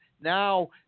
Now